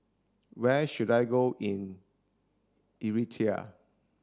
where should I go in Eritrea